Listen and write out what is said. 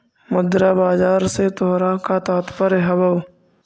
मुद्रा बाजार से तोहरा का तात्पर्य हवअ